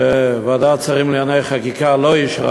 שוועדת השרים לענייני חקיקה לא אישרה,